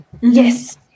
Yes